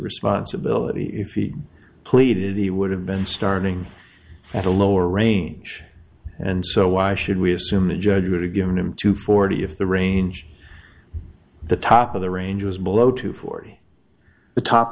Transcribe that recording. responsibility if he pleaded he would have been starting at a lower range and so why should we assume the judge would have given him to forty if the range the top of the range was below to forty the top